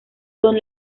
son